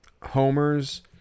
homers